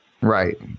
Right